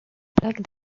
plaques